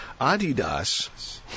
Adidas